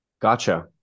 Gotcha